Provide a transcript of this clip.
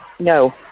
No